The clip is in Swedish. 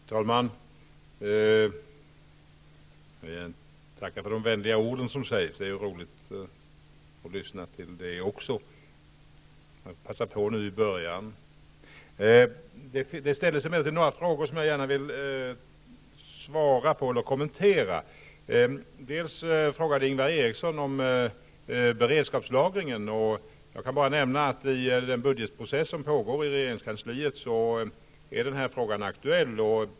Herr talman! Jag tackar för de vänliga orden. Det är roligt att lyssna till dem, och jag passar på så här i början. Det ställdes några frågor som jag gärna vill svara på och kommentera. Ingvar Eriksson frågade om beredskapslagringen. Jag kan bara nämna att i den budgetprocess som pågår i regeringskansliet är den här frågan aktuell.